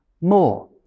more